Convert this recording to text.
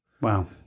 Wow